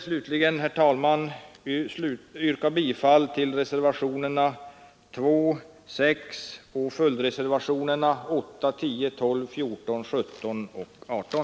Jag vill slutligen yrka bifall till reservationerna 2 och 6 samt följdreservationerna 8, 10, 12, 14, 17 och 18.